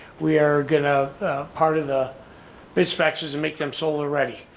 we are gonna part of the base box and make them solar ready.